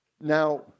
Now